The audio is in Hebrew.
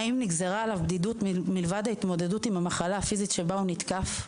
האם נגזרה עליו בדידות מלבד ההתמודדות עם המחלה הפיזית שבה הוא נתקף?